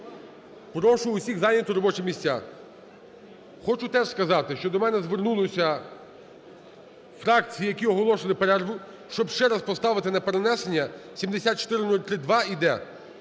прошу усіх зайняти робочі місця. Хочу теж сказати, що до мене звернулися фракції, які оголошували перерву, щоб ще раз поставити на перенесення 7403-2 і